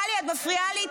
טלי, את מפריעה לי.